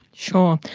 sure.